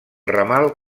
ramal